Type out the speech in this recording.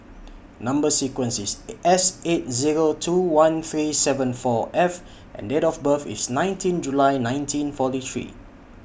Number sequence IS S eight Zero two one three seven four F and Date of birth IS nineteen July nineteen forty three